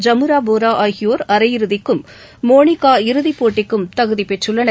ஜமுராபோரோஆகியோர் அரையிறதிக்கும் மோனிகா இறுதிப்போட்டிக்கும் தகுதிபெற்றுள்ளனர்